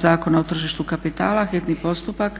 Zakona o tržištu kapitala, hitni postupak,